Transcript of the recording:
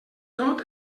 tot